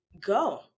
go